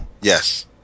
Yes